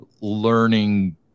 learning